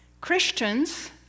Christians